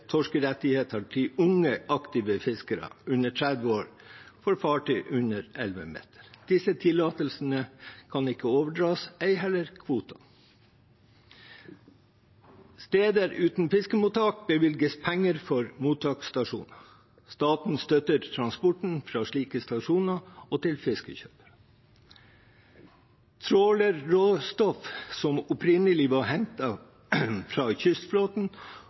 torskerettigheter til unge, aktive fiskere under 30 år for fartøy under 11 meter. Disse tillatelsene kan ikke overdras, ei heller kvoten. Steder uten fiskemottak bevilges penger for mottaksstasjoner. Staten støtter transport fra slike stasjoner og til fiskekjøper. Trålerråstoff som opprinnelig var hentet fra kystflåten,